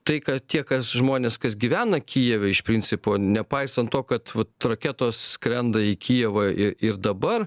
tai ką tie kas žmonės kas gyvena kijeve iš principo nepaisant to kad vat raketos skrenda į kijevą ir dabar